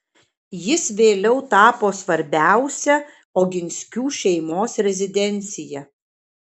jis vėliau tapo svarbiausia oginskių šeimos rezidencija